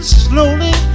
slowly